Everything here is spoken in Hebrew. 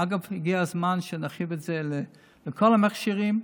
אגב, הגיע הזמן שנרחיב את זה לכל המכשירים.